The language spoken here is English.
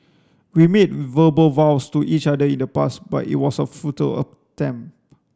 we made verbal vows to each other in the past but it was a futile attempt